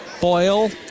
Boyle